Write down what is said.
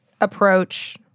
approach